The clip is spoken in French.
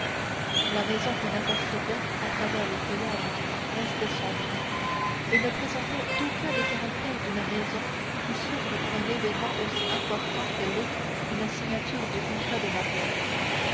la maison qu'on apercevait à travers les feuillages restait sombre et ne présentait aucun des caractères d'une maison qui s'ouvre pour un événement aussi important que l'est une signature du contrat de mariage